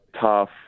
tough